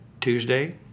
Tuesday